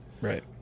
Right